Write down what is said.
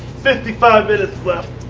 fifty five minutes left.